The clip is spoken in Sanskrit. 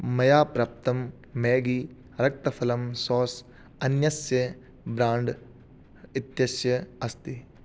मया प्राप्तं मेग्गी रक्तफलम् सास् अन्यस्य ब्राण्ड् इत्यस्य अस्ति